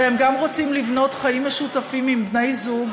והם גם רוצים לבנות חיים משותפים עם בני-זוג,